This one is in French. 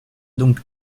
donc